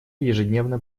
ежедневно